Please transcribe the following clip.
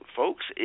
folks